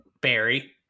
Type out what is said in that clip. Barry